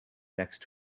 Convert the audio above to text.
next